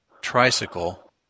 tricycle